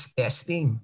testing